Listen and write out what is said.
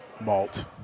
malt